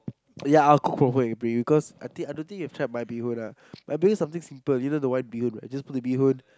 ya of course because I think I don't think you trap my bee-hoon lah I'm doing something simple you know the white bee-hoon just put the bee-hoon